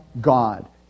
God